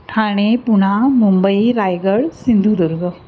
Thane Pune Mumbai Raigad Sindhudurg